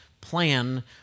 plan